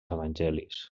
evangelis